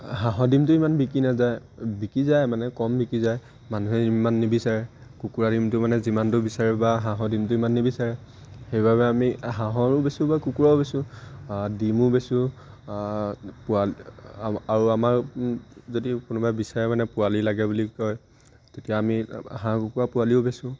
হাঁহৰ ডিমটো ইমান বিকি নাযায় বিকি যায় মানে কম বিকি যায় মানুহে ইমান নিবিচাৰে কুকুৰা ডিমটো মানে যিমানটো বিচাৰে বা হাঁহৰ ডিমটো ইমান নিবিচাৰে সেইবাবে আমি হাঁহৰো বেচোঁ বা কুকুৰাও বেচোঁ ডিমো বেচোঁ পোৱালি আৰু আমাৰ যদি কোনোবাই বিচাৰে মানে পোৱালি লাগে বুলি কয় তেতিয়া আমি হাঁহ কুকুৰাৰ পোৱালিও বেচোঁ